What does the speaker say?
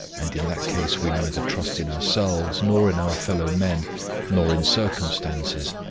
and in that case we neither trust in ourselves, nor in our fellow-men, nor in circumstances,